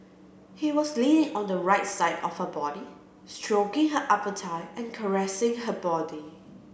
he was leaning on the right side of her body stroking her upper thigh and caressing her body